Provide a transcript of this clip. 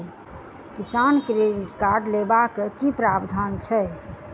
किसान credit card लेबाक की प्रावधान छै?